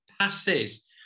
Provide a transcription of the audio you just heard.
passes